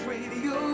Radio